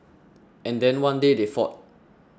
and then one day they fought